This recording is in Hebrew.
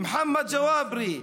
מוחמד ג'וואברה,